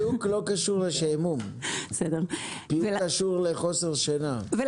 שלהם שני מחירים בעוד אתרי